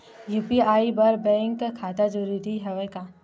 UPI बर bank खाता जरूरी हवय का?